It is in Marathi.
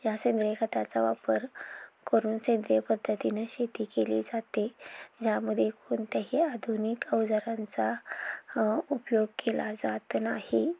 या सेंद्रिय खताचा वापर करून सेंद्रिय पद्धतीने शेती केली जाते ज्यामध्ये कोणत्याही आधुनिक अवजारांचा उपयोग केला जात नाही